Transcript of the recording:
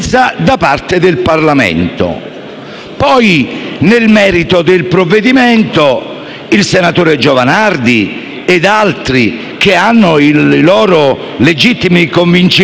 Poi, nel merito del provvedimento, il senatore Giovanardi ed altri, che hanno i loro legittimi convincimenti, potranno esprimerli,